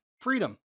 freedom